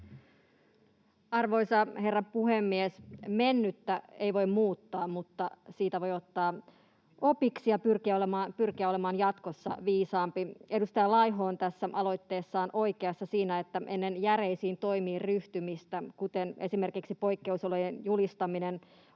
Arvoisa herra puhemies! Mennyttä ei voi muuttaa, mutta siitä voi ottaa opiksi ja pyrkiä olemaan jatkossa viisaampi. Edustaja Laiho on tässä aloitteessaan oikeassa siinä, että ennen järeisiin toimiin ryhtymistä, kuten esimerkiksi poikkeus-olojen julistamista,